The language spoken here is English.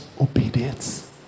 Obedience